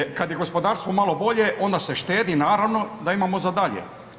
Kad je, kad je gospodarstvo malo bolje onda se štedi naravno da imamo za dalje.